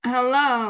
Hello